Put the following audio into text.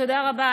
תודה רבה.